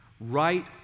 right